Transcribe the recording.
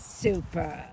super